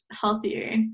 healthier